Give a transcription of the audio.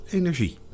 energie